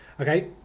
okay